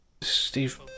Steve